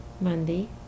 Monday